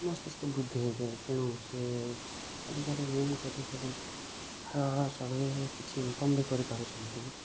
ମସ୍ତିଷ୍କ ବୃଦ୍ଧି ହୋଇଥାଏ ତେଣୁ ସିଏ ଆଜିକାର ଗେମ୍ ଖେଳି ଖେଳି ତ ସଭିଏଁ କିଛି ଇନ୍କମ୍ ବି କରିପାରୁଛନ୍ତି